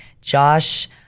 Josh